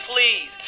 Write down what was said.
please